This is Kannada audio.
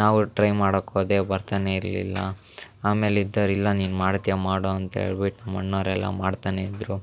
ನಾವು ಟ್ರೈ ಮಾಡಕ್ಕೆ ಹೋದೆ ಬರ್ತನೇ ಇರಲಿಲ್ಲ ಆಮೇಲೆ ಇದ್ದೋರ್ ಇಲ್ಲ ನೀನು ಮಾಡ್ತೀಯ ಮಾಡು ಅಂತ ಹೇಳ್ಬಿಟ್ಟು ನಮ್ಮ ಅಣ್ಣಾವ್ರೆಲ್ಲ ಮಾಡ್ತಾನೆ ಇದ್ದರು